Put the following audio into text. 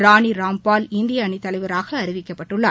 ராணி ராம்பால் இந்திய அணித் தலைவராக அறிவிக்கப்பட்டுள்ளார்